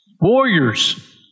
warriors